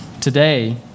Today